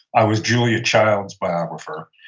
i was julia child's biographer.